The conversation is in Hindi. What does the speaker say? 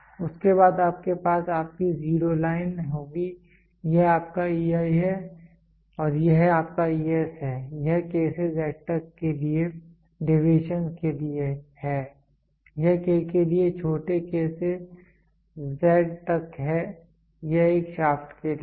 उसके बाद आपके पास आपकी जीरो लाइन होगी यह आपका EI है और यह आपका ES है यह K से Z तक के लिए डेविएशन के लिए है यह K के लिए छोटे k से z तक है यह एक शाफ्ट के लिए है